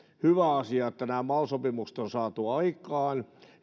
hyvä asia että nämä mal sopimukset on saatu aikaan